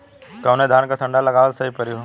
कवने धान क संन्डा लगावल सही परी हो?